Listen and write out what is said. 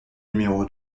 numéro